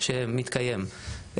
שמתקיים,